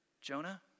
Jonah